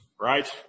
right